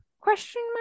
question